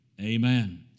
amen